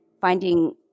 finding